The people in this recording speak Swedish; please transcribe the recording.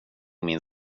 min